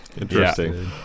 Interesting